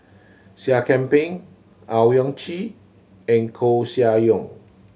Seah Kian Peng Owyang Chi and Koeh Sia Yong